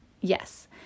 yes